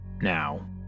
Now